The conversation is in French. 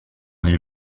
les